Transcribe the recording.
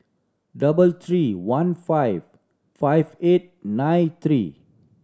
double three one five five eight nine three